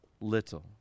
little